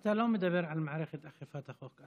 אתה לא מדבר על מערכת אכיפת החוק,